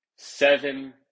Seven